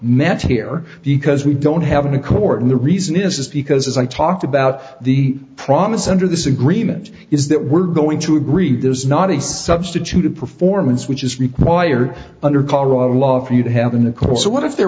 met here because we do i don't have an accord and the reason is because as i talked about the promise under this agreement is that we're going to agree there is not a substitute of performance which is required under colorado law for you to have in the court so what if there